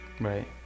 Right